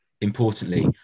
importantly